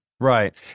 Right